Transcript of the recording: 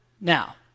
Now